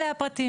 אלה הפרטים.